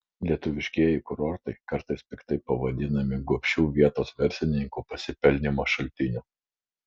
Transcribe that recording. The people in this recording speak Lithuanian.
lietuviškieji kurortai kartais piktai pavadinami gobšių vietos verslininkų pasipelnymo šaltiniu